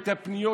ותיקין,